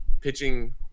pitching